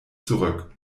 zurück